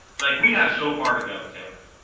like, we have so far to go, taylor,